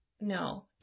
no